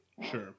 Sure